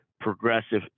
progressive